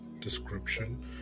description